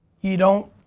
you don't,